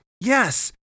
Yes